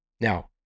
Now